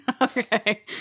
Okay